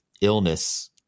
illness